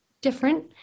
different